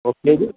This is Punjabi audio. ਓਕੇ ਜੀ